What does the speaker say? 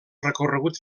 recorregut